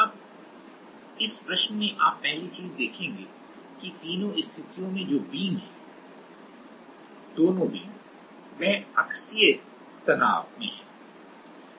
अब इस प्रश्न में आप पहली चीज देखेंगे कि तीनों स्थितियों में जो बीम हैं दोनों बीम वह एक्सियल स्ट्रेस में हैं